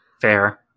fair